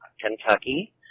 Kentucky